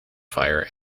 fire